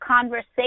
conversation